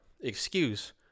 excuse